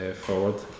forward